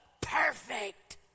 perfect